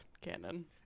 canon